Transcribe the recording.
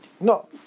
No